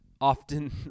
often